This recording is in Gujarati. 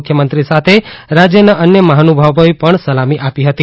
મુખ્યમંત્રી સાથે રાજ્યના અન્ય મહાનુભાવોએ પણ સલામી આપી હતી